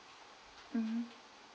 mmhmm